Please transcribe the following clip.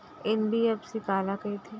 NBFC काला कहिथे?